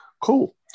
Cool